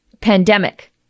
pandemic